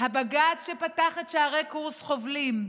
הבג"ץ שפתח את שערי קורס חובלים,